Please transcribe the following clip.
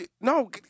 No